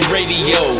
Radio